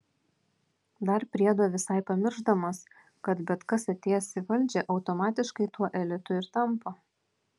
dar priedo visai pamiršdamas kad bet kas atėjęs į valdžią automatiškai tuo elitu ir tampa